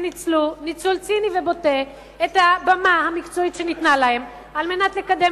שניצלו ניצול ציני ובוטה את הבמה המקצועית שניתנה להם כדי לקדם